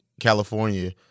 California